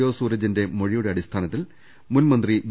O സൂരജിന്റെ മൊഴിയുടെ അടിസ്ഥാനത്തിൽ മുൻമന്ത്രി വി